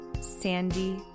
sandy